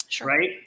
right